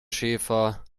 schäfer